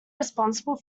responsible